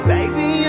Baby